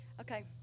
Okay